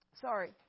Sorry